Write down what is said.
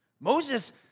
moses